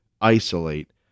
isolate